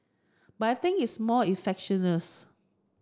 but I think it's more efficacious